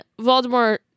Voldemort